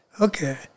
Okay